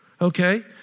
okay